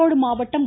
ஈரோடு மாவட்டம்